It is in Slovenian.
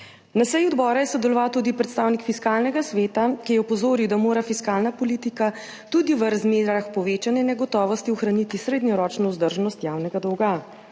Na seji odbora je sodeloval tudi predstavnik Fiskalnega sveta, ki je opozoril, da mora fiskalna politika tudi v razmerah povečane negotovosti ohraniti srednjeročno vzdržnost javnega dolga.